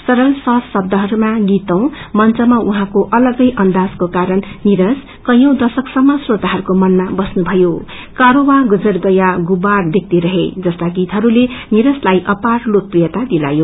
सरल सहज शब्दहरूमा गीत औ मंचमा उहाँको अलग्गै अन्दाजको कारण नीरज कैंयौ दशकसम्म श्रोताहरूको मनमा बस्नुभयों कारवां गुजी गया गुगार देखते रहे जस्ता गीतहरूले नीरजलाई अपार लोकप्रियता दिलायो